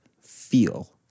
feel